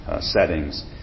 settings